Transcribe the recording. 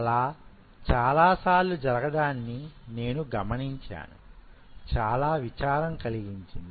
అలా చాలాసార్లు జరగడాన్ని నేను గమనించాను చాలా విచారం కలిగించింది